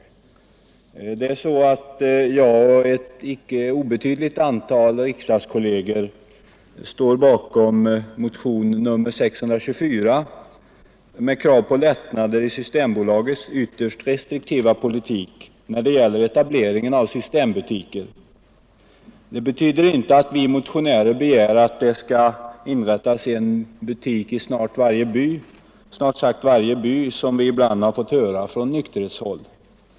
frågor Det är så att jag och ett icke obetydligt antal riksdagskolleger står bakom motionen 624 med krav på lättnader i Systembolagets ytterst restriktiva politik när det gäller etableringen av systembutiker. Detta betyder inte att vi motionärer begär att det skall inrättas en butik i snart sagt varje by, som vi ibland har fått höra från nykterhetshåll.